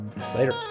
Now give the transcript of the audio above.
Later